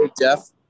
Jeff